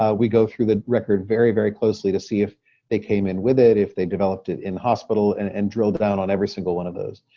ah we go through the record very, very closely to see if they came in with it, if they developed it in hospital, and and drilled down on every single one of those.